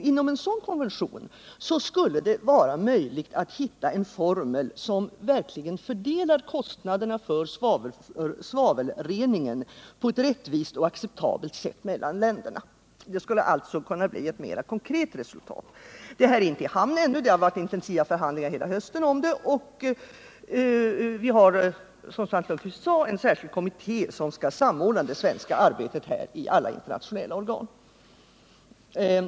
Inom en sådan konvention skulle det vara möjligt att hitta en formel som verkligen kunde fördela kostnaderna för svavelreningen på ett rättvist och acceptabelt sätt mellan länderna. Det skulle alltså där kunna bli ett mera konkret resultat. Detta arbete är inte i hamn ännu, men det har varit intensiva förhandlingar hela hösten om det och vi har, som Svante Lundkvist sade, en särskild kommitté här som skall samordna det svenska arbetet i alla internationella organ.